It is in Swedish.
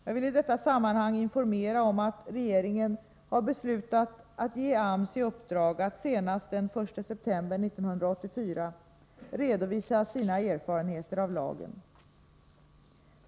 Jag vill i detta sammanhang informera om att regeringen har beslutat att ge AMS i uppdrag att senast den 1 september 1984 redovisa sina erfarenheter av lagen.